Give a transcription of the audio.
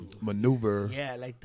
maneuver